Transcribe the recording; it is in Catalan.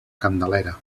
candelera